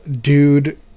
dude